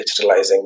digitalizing